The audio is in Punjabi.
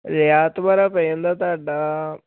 ਰਿਆਤ ਬਹਾਰਾ ਪੈ ਜਾਂਦਾ ਤੁਹਾਡਾ